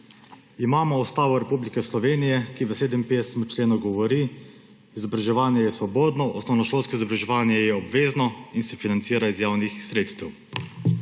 Imamo Ustavo Republike Slovenije, ki v 57. členu govori: »Izobraževanje je svobodno, osnovnošolsko izobraževanje je obvezno in se financira iz javnih sredstev.«